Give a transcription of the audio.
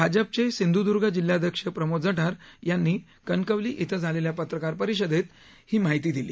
भाजपचे सिंध्दर्ग जिल्हाध्यक्ष प्रमोद जठार यांनी कणकवली इथं झालेल्या पत्रकार परिषदेत ही माहिती दिली